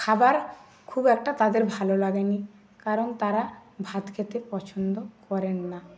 খাবার খুব একটা তাদের ভালো লাগেনি কারণ তারা ভাত খেতে পছন্দ করেন না